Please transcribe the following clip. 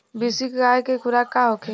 बिसुखी भैंस के खुराक का होखे?